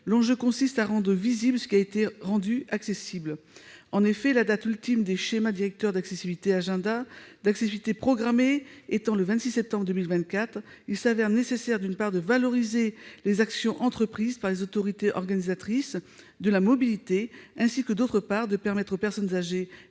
l'enjeu consiste à rendre visible ce qui a été rendu accessible. En effet, la date ultime pour l'élaboration des schémas directeurs d'accessibilité-agenda d'accessibilité programmée étant le 26 septembre 2024, il s'avère nécessaire, d'une part, de valoriser les actions entreprises par les autorités organisatrices de la mobilité, et, d'autre part, de permettre aux personnes âgées